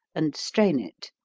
and strain it.